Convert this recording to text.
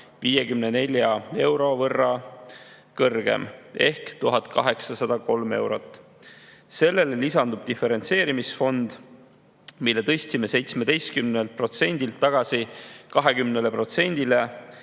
54 eurot kõrgem ehk 1803 eurot. Sellele lisandub diferentseerimisfond, mille tõstsime 17%‑lt tagasi